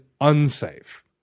unsafe